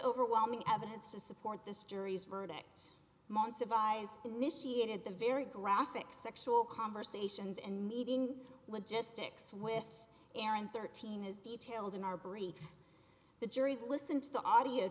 overwhelming evidence to support this jury's verdict monts of eyes initiated the very graphic sexual conversations and meeting logistics with aaron thirteen is detailed in our brief the jury listened to the audio